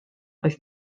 oedd